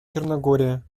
черногория